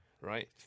right